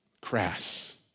crass